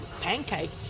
pancake